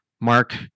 Mark